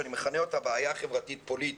שאני מכנה אותה בעיה חברתית פוליטית.